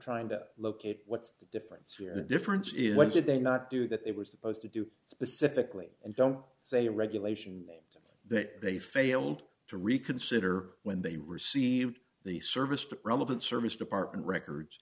trying to locate what's the difference here the difference is what did they not do that they were supposed to do specifically and don't say a regulation that they failed to reconsider when they received the service relevant service department records